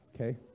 okay